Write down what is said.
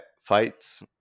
fights